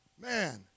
Man